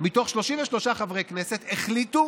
מתוך 33 חברי כנסת החליטה